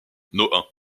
nohain